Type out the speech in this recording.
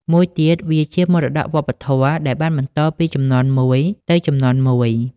មួយទៀត វាជាមរតកវប្បធម៌ ដែលបានបន្តពីជំនាន់មួយទៅជំនាន់មួយ។